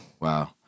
Wow